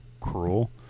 cruel